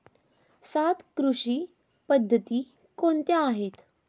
सात कृषी पद्धती कोणत्या आहेत?